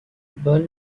ball